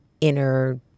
inner